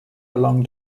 along